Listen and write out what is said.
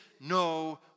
no